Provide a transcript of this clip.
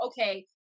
okay